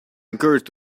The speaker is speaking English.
encouraged